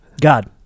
God